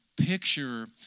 picture